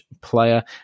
player